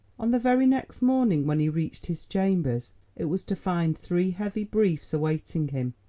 on the very next morning when he reached his chambers it was to find three heavy briefs awaiting him,